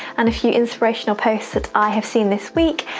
and a few inspirational posts that i have seen this week.